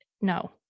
no